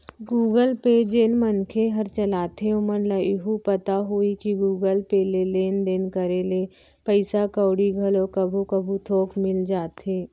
Google Pay जेन मनखे हर चलाथे ओमन ल एहू पता होही कि गुगल पे ले लेन देन करे ले पइसा कउड़ी घलो कभू कभू थोक मिल जाथे